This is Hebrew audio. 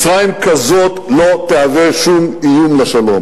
מצרים כזאת לא תהווה שום איום לשלום.